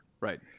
Right